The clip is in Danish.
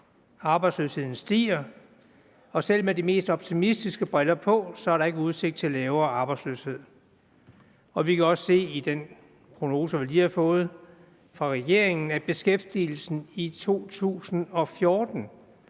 arbejdsløsheden stiger, og at der selv med de mest optimistiske briller på ikke er udsigt til lavere arbejdsløshed. Vi kan også se i de prognoser, vi lige har fået fra regeringen, at beskæftigelsen i 2014